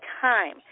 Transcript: time